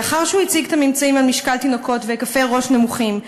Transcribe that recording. לאחר שהוא הציג את הממצאים על משקל תינוקות והיקפי ראש קטנים,